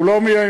הוא לא מהימין,